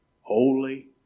Holy